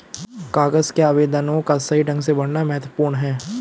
कागज के आवेदनों को सही ढंग से भरना महत्वपूर्ण है